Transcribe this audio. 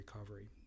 recovery